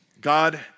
God